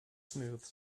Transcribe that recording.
smooths